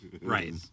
Right